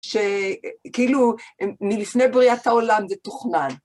שכאילו מלפני בריאת העולם זה תוכנן.